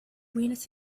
venus